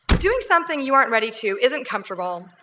doing something you aren't ready to isn't comfortable.